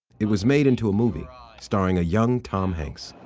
it was made into a movie starring a young tom hanks.